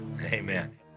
amen